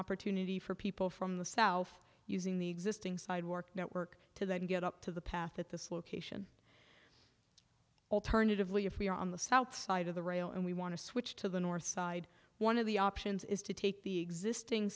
opportunity for people from the south using the existing sidewalk network to then get up to the path at this location alternatively if we are on the south side of the rail and we want to switch to the north side one of the options is to take the existing